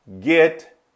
Get